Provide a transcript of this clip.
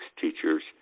teachers